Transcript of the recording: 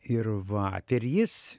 ir vat ir jis